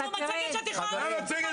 אבל זאת מצגת שאני רואה בכל שנת תקציב.